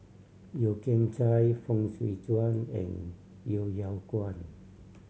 Yeo Kian Chye Fong Swee Suan and Yeo Yeow Kwang